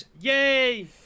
Yay